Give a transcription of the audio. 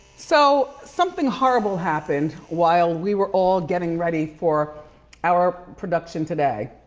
so something horrible happened while we were all getting ready for our production today.